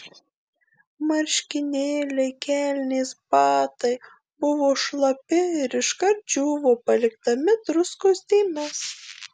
marškinėliai kelnės batai buvo šlapi ir iškart džiūvo palikdami druskos dėmes